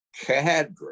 cadre